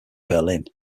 berlin